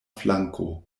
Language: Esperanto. flanko